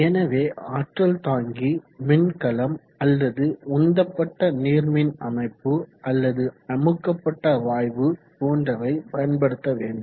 எனவே ஆற்றல் தாங்கி மின்கலம் அல்லது உந்தப்பட்ட நீர்மின் அமைப்பு அல்லது அமுக்கப்பட்ட வாயு போன்றவை பயன்படுத்த வேண்டும்